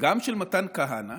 גם של מתן כהנא